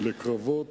אלה קרבות